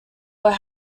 were